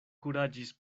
kuraĝis